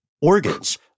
organs